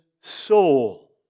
soul